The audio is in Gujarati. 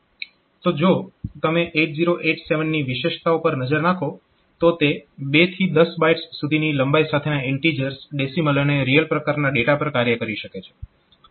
તો જો તમે 8087 ની વિશેષતાઓ પર નજર નાખો તો તે 2 થી 10 બાઇટ્સ સુધીની લંબાઈ સાથેના ઇન્ટીજર્સ ડેસીમલ અને રિયલ પ્રકારના ડેટા પર કાર્ય કરી શકે છે